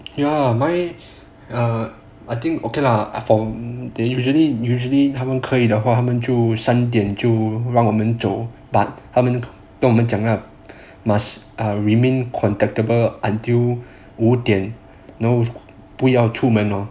no lah mine I think okay lah from I think they usually usually 他们可以的话他们三点就让我们走 but 他们跟我们讲 lah must remain contactable until 五点然后不要出门 lor